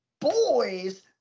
boys